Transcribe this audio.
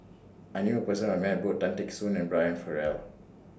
I knew A Person Who Met Both Tan Teck Soon and Brian Farrell